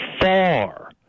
far